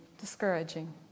discouraging